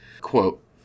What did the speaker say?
Quote